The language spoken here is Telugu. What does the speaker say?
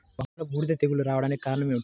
వంగలో బూడిద తెగులు రావడానికి కారణం ఏమిటి?